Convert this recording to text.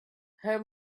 her